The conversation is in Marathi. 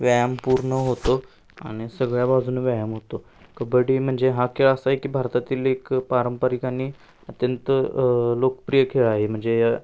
व्यायाम पूर्ण होतो आणि सगळ्या बाजूनं व्यायाम होतो कबड्डी म्हणजे हा खेळ असा आहे की भारतातील एक पारंपरिक आणि अत्यंत लोकप्रिय खेळ आहे म्हणजे